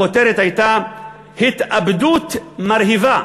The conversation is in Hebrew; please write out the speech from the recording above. הכותרת הייתה: "התאבדות מרהיבה".